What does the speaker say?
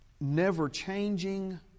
never-changing